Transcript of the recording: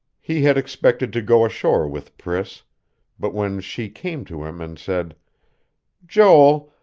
he had expected to go ashore with priss but when she came to him and said joel,